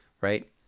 right